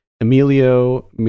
Emilio